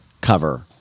cover